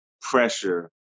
pressure